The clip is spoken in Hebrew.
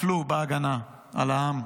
נפלו בהגנה על העם,